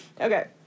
Okay